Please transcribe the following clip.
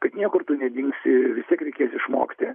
kad niekur nedingsi vis tiek reikės išmokti